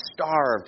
starved